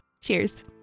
Cheers